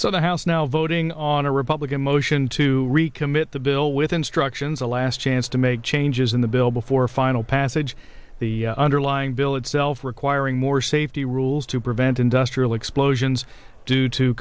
so the house now voting on a republican motion to recommit the bill with instructions a last chance to make changes in the bill before final passage the underlying bill itself requiring more safety rules to prevent industrial explosions due to